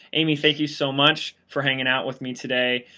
amy thank you so much for hanging out with me today,